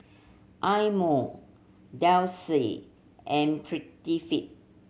Eye Mo Delsey and Prettyfit